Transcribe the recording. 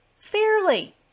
fairly